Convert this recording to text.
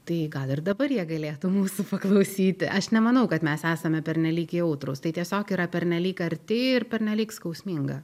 tai gal ir dabar jie galėtų mūsų paklausyti aš nemanau kad mes esame pernelyg jautrūs tai tiesiog yra pernelyg arti ir pernelyg skausminga